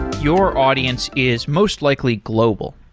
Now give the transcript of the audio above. your audience is most likely global.